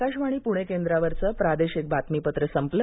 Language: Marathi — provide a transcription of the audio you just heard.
आकाशवाणी पुणे केंद्रावरचं प्रादेशिक बातमीपत्र संपलं